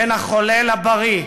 בין החולה לבריא,